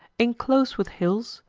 inclos'd with hills,